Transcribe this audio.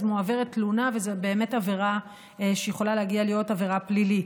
אז מועברת תלונה וזו באמת עבירה שיכולה להגיע להיות עבירה פלילית.